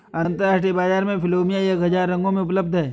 अंतरराष्ट्रीय बाजार में प्लुमेरिया एक हजार रंगों में उपलब्ध हैं